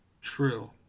True